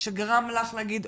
שגרם לך כאימא להגיד: